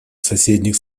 соседних